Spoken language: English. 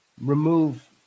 remove